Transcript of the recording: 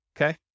okay